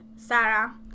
Sarah